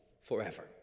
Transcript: forever